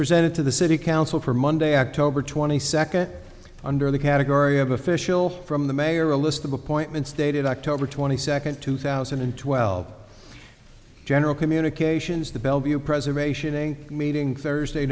presented to the city council for monday october twenty second under the category of official from the mayor a list of appointments dated october twenty second two thousand and twelve general communications the bellevue preservation ng meeting thursday